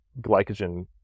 glycogen